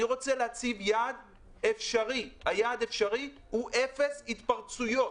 אני רוצה להציב יעד אפשרי והיעד האפשרי הוא אפס התפרצויות.